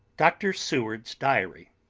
dr. seward's diary.